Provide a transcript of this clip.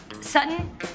Sutton